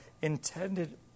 intended